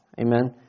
Amen